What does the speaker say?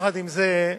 עם זאת,